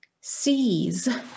sees